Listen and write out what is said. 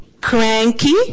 Cranky